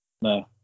No